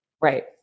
Right